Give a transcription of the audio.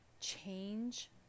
change